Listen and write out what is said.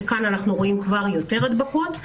שם אנחנו רואים יותר הדבקות.